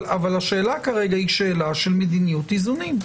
אבל השאלה כרגע היא שאלה של מדיניות איזונים.